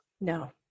No